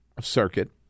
Circuit